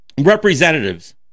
representatives